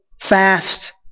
fast